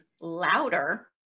louder